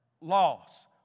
Loss